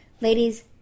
Ladies